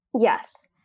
yes